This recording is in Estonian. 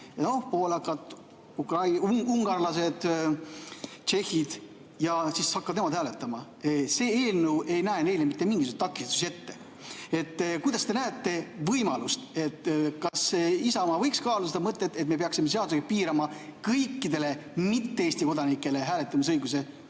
poolakad, ungarlased, tšehhid. Ja siis hakkavad nemad hääletama. See eelnõu ei näe selleks mitte mingisuguseid takistusi ette. Kuidas te näete võimalust, kas Isamaa võiks kaaluda seda mõtet, et me peaksime seadusega piirama kõikide mittekodanike hääletamisõigust